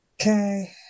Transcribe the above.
okay